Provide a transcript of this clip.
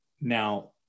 Now